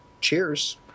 Cheers